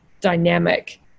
dynamic